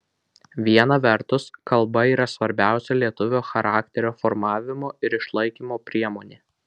viena vertus kalba yra svarbiausia lietuvio charakterio formavimo ir išlaikymo priemonė